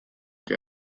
que